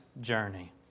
journey